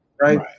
right